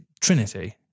Trinity